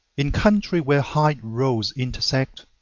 in country where high roads intersect,